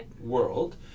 world